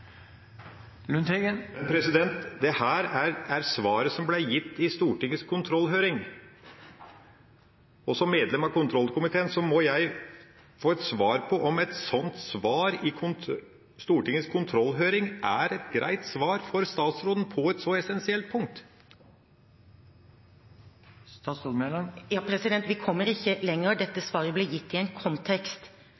er svaret som ble gitt i Stortingets kontrollhøring. Som medlem av kontrollkomiteen må jeg få et svar på om et sånt svar i Stortingets kontrollhøring er et greit svar for statsråden på et så essensielt punkt. Vi kommer ikke lenger. Dette svaret ble gitt i en kontekst